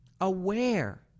aware